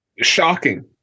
Shocking